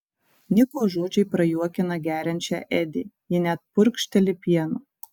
niko žodžiai prajuokina geriančią edi ji net purkšteli pienu